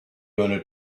gonna